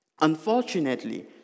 Unfortunately